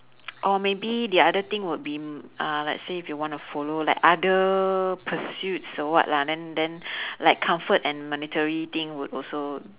or maybe the other thing would be uh let's say if you wanna follow like other pursuits or what lah then then like comfort and monetary thing would also